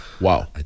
Wow